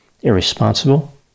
irresponsible